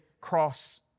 cross